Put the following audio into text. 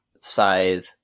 Scythe